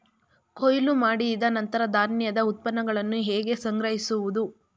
ಕೊಯ್ಲು ಮಾಡಿದ ನಂತರ ಧಾನ್ಯದ ಉತ್ಪನ್ನಗಳನ್ನು ಹೇಗೆ ಸಂಗ್ರಹಿಸುವುದು?